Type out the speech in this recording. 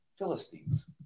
philistines